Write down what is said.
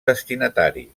destinatari